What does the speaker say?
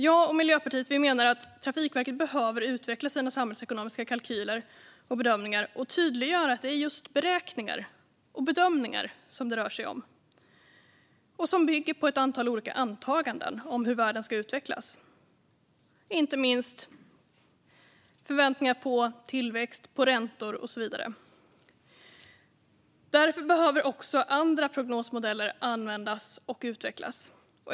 Jag och Miljöpartiet menar att Trafikverket behöver utveckla sina samhällsekonomiska kalkyler och bedömningar och tydliggöra att det är just beräkningar och bedömningar som det rör sig om, och de bygger på ett antal olika antaganden om hur världen ska utvecklas. Inte minst handlar det om förväntningar på tillväxt, räntor och så vidare. Därför behöver också andra prognosmodeller användas och utvecklas.